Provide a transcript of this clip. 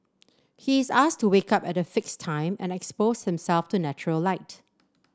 he is asked to wake up at a fixed time and expose himself to natural light